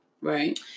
Right